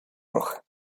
roja